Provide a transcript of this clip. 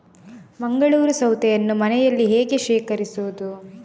ಮಂಗಳೂರು ಸೌತೆಯನ್ನು ಮನೆಯಲ್ಲಿ ಹೇಗೆ ಶೇಖರಿಸುವುದು?